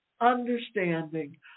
understanding